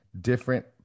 different